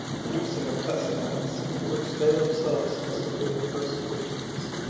and producing a pestilence, of which they themselves must have been the first victims.